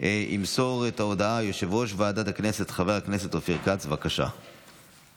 להסדרת אירוע הילולת רבי שמעון בר יוחאי בהר מירון (הוראת